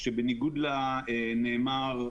שבניגוד לנאמר,